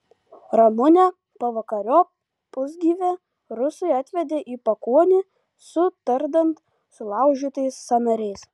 ramunę pavakariop pusgyvę rusai atvedė į pakuonį su tardant sulaužytais sąnariais